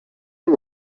too